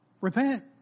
Repent